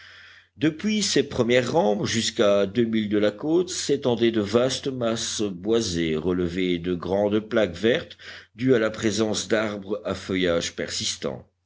depuis ses premières rampes jusqu'à deux milles de la côte s'étendaient de vastes masses boisées relevées de grandes plaques vertes dues à la présence d'arbres à feuillage persistant